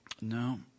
no